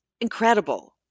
incredible